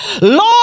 Lord